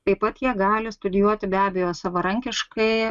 taip pat jie gali studijuoti be abejo savarankiškai